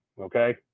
Okay